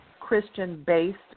Christian-based